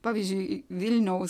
pavyzdžiui vilniaus